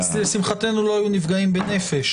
שלשמחתנו לא היו נפגעים בנפש.